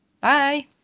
bye